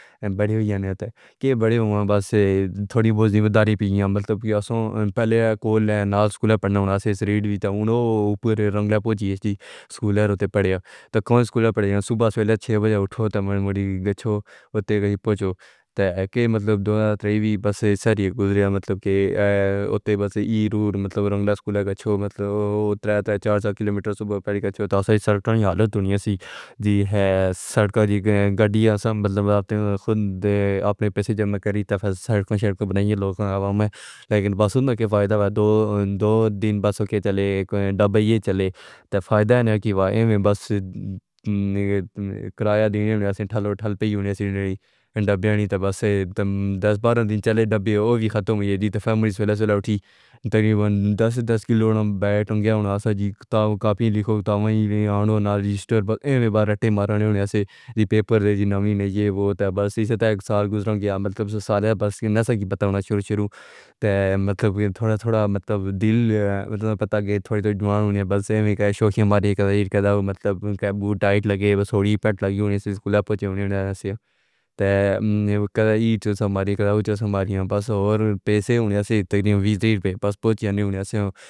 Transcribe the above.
اے بیٹھ ہوئی ہے نہ تے کے بڑھوا بس تھوڑی بوجھی مداری پھر یہاں مطلب سے پہلے کوہل نال اسکول پڑھنا چاہیے، سریرہ بھی تے اوہو پورے رنگ لے پوجھی اسٹی اسکول اور تے پڑھیا تاکہ اسکولا پڑھیں، صبح سوہرے چھ بجے اٹھو تے مڑی گچھو، اُتے گئے پہنچو تے کے مطلب دونا تریوی بس سر ایک گزریا مطلب کے اے اُتے بس مطلب رنگلا اسکول گچھو مطلب ترے تر چار سو کلومیٹرز صبح پہلی گچھو تاسے سرکنی حالت دنیا سی جی ہے، سڑکا جی گڈیا سم مطلب اپنی خود اپنے پیسے جمع کریں تے سڑکوں شیڈ کو بنانی ہے لوگوں کا عوام ہے، لیکن بسون تے فائدہ دو دو تین بسوں کے چلے ایک ڈبہ ہی چلے تے فائدہ نہیں ہے کہ وائے وے بس کرایہ دینی ہونی ہاسیں ٹھل ٹھل پئی یونین ہے ڈبے نہیں تے بس ہیں تے دس بارہ دن چلے ڈبے اوھی ختم ہوئی ہے جی تے فیملی سوہلا سوہلا اٹھی تقریبا دس دس کیلو بیت ہونا ساجی کاپیاں لکھو کتابیں لے آنو نال اسٹور باۓ ایویں براٹے مارا نی ہونی ہاسی دی پیپر نانی نہیں ہے وہ تے بس ایسا تہ ایک سال گزرا گیا مطلب سا سال ہے بس نہ سکی بتا نا شروع شروع تے مطلب تھوڑا تھوڑا مطلب دل مطلب پتا گے تھوڑی تو جوان ہونی ہے بس ایویں شوقیں ماری ہی کدا مطلب کے بو ٹائٹ لگے بس تھوڑی پیٹ لگی ہونی اسکول پہنچی ہونی ہونی تے سی ہمیں کدا اِھ سا ماریا کدا اُچھا سا ماریا بس اور پیسے ہونی ہونی ہیں بس پہنچنے ہونی ہونی ہے، بس اور پیسوں میں ہوسی تقریبا وی ترے روپے بس پھچانی ہونی ہونی ہے،